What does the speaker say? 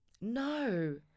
No